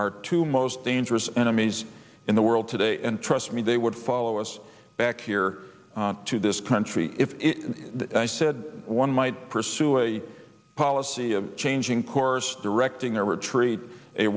are two most dangerous enemies in the world today and trust me they would follow us back here to this country if i said one might pursue a policy of changing course directing their retreat a